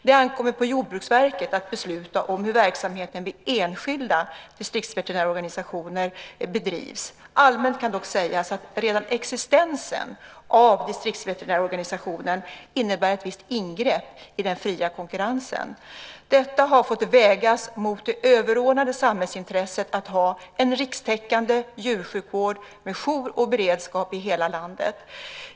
Det ankommer på Jordbruksverket att besluta om hur verksamheten vid enskilda distriktsveterinärstationer bedrivs. Allmänt kan dock sägas att redan existensen av distriktsveterinärorganisationen innebär ett visst ingrepp i den fria konkurrensen. Detta har fått vägas mot det överordnade samhällsintresset att ha en rikstäckande djursjukvård med jour och beredskap i hela landet.